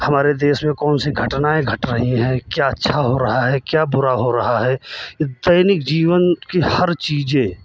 हमारे देश में कौन सी घटनाएँ घट रही हैं क्या अच्छा हो रहा है क्या बुरा हो रहा है दैनिक जीवन की हर चीज़ें